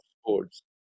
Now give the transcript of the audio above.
sports